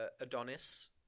Adonis